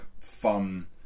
fun